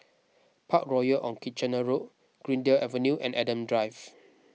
Parkroyal on Kitchener Road Greendale Avenue and Adam Drive